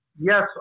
Yes